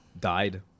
died